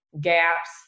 gaps